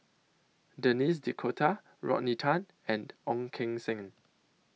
Denis D'Cotta Rodney Tan and Ong Keng Sen